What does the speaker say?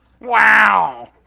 Wow